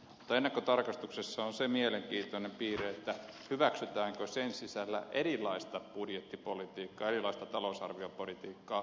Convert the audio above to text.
mutta ennakkotarkastuksessa on se mielenkiintoinen piirre hyväksytäänkö sen sisällä erilaista budjettipolitiikkaa erilaista talousarviopolitiikkaa